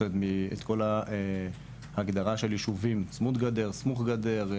את כל ההגדרה של יישובים צמוד גדר סמוך גדר,